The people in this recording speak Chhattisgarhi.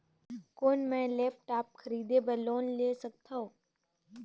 कौन मैं लेपटॉप खरीदे बर लोन ले सकथव?